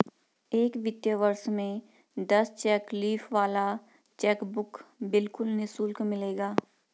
एक वित्तीय वर्ष में दस चेक लीफ वाला चेकबुक बिल्कुल निशुल्क मिलेगा